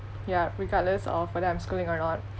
ya regardless of whether I'm schooling or not